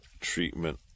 treatment